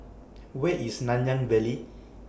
Where IS Nanyang Valley